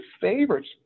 favorites